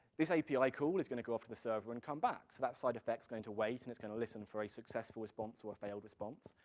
this api like call is gonna go off to the server and come back, so that side effect's going to wait, and it's gonna listen for a successful response or a failed response,